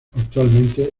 actualmente